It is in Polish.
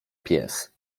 pies